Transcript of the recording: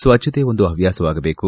ಸ್ವಚ್ಗತೆ ಒಂದು ಹವ್ಚಾಸವಾಗಬೇಕು